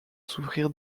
souffrir